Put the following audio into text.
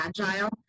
agile